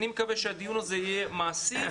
אני מקווה שהדיון הזה יהיה מעשי,